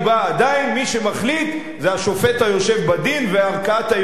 עדיין מי שמחליט זה השופט היושב בדין וערכאת הערעור,